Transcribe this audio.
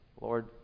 Lord